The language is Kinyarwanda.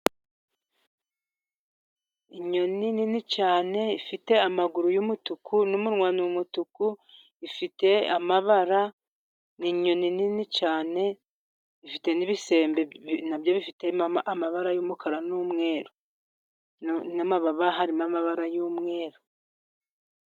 Inyoni nini cyane ifite amaguru y'umutuku n'umunwa n'umutuku, ifite amabara. n'inyoni nini cyane ifite n'ibisembe nabyo bifite amabara y'umukara n'umweru n'amababa, harimo amabara y'umweru.